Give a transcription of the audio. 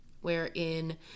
wherein